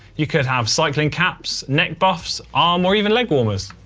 you could have cycling caps, neck buffs, arm or even leg warmers.